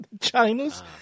China's